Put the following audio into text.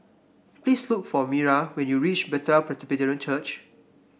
please look for Myra when you reach Bethel Presbyterian Church